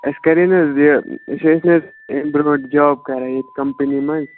اَسہِ کَرے نہَ حظ یہِ أسۍ ٲسۍ نہَ حظ ییٚمہِ برٛونٛٹھ جاب کَران ییٚتہِ کَمپٔنی منٛز